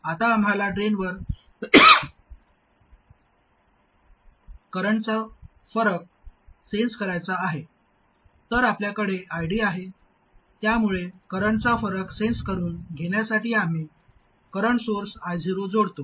आता आम्हाला ड्रेनवर करंटचा फरक सेन्स करायचा आहे तर आपल्याकडे ID आहे त्यामुळे करंटचा फरक सेन्स करून घेण्यासाठी आम्ही करंट सोर्स I0 जोडतो